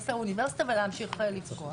מאוניברסיטה לאוניברסיטה וימשיך לפגוע.